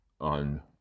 on